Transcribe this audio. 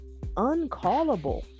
uncallable